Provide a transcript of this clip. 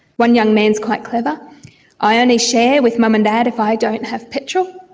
one young man is quite clever i only share with mum and dad if i don't have petrol.